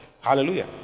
Hallelujah